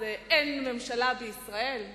זה אין ממשלה בישראל?